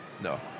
No